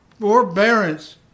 forbearance